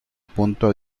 punto